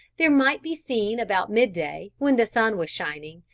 there might be seen about mid-day, when the sun was shining,